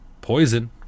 Poison